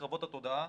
בקרבות התודעה.